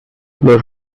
los